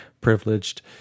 privileged